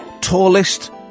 tallest